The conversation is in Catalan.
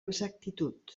exactitud